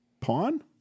Pawn